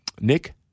Nick